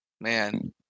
Man